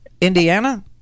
indiana